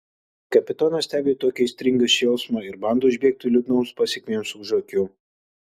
kapitonas stebi tokį aistringą šėlsmą ir bando užbėgti liūdnoms pasekmėms už akių